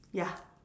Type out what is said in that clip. ya